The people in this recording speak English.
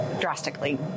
drastically